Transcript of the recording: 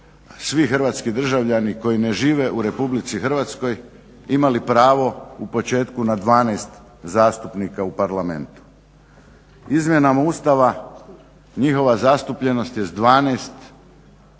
svi hrvatskih državljani koji ne žive u RH imali pravo u početku na dvanaest zastupnika u parlamentu. Izmjenama Ustava njihova zastupljenost je s 12 opala